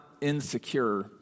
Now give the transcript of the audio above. insecure